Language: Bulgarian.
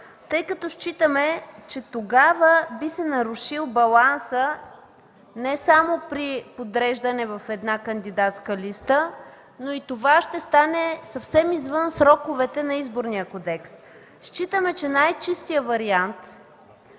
тъй като считаме, че тогава би се нарушил балансът не само при подреждане в една кандидатска листа, но и това ще стане съвсем извън сроковете на Изборния кодекс. Според нас най-чистият